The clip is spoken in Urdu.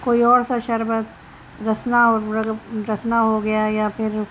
کوئی اور سا شربت رسنا رسنا ہو گیا یا پھر